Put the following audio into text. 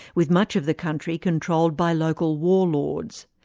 with much of the country controlled by local warlords.